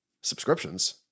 subscriptions